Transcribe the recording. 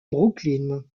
brooklyn